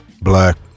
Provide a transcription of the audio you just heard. Black